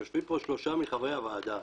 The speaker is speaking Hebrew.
יושבים פה שלושה מחברי הוועדה,